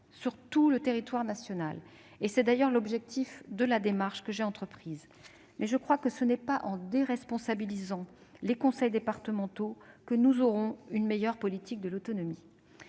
sur tout le territoire national ; tel est l'objectif de la démarche que j'ai entreprise. Cependant, ce n'est pas en déresponsabilisant les conseils départementaux que nous aurons une meilleure politique de l'autonomie.